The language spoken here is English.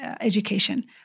education